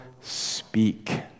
speak